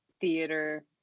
theater